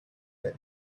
well